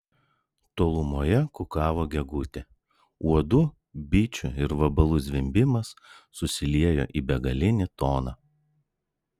tolumoje kukavo gegutė uodų bičių ir vabalų zvimbimas susiliejo į begalinį toną